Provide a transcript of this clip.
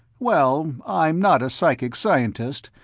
well, i'm not a psychic scientist,